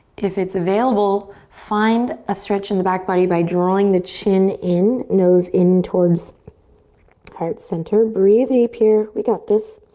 if it's available, find a stretch in the back body by drawing the chin in, nose in towards heart center. breathe deep here. we got this.